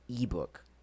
ebook